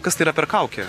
kas tai yra per kaukė